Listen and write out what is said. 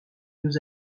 nous